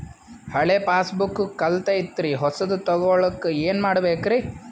ಹಳೆ ಪಾಸ್ಬುಕ್ ಕಲ್ದೈತ್ರಿ ಹೊಸದ ತಗೊಳಕ್ ಏನ್ ಮಾಡ್ಬೇಕರಿ?